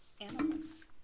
animals